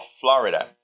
Florida